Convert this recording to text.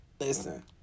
Listen